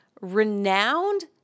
renowned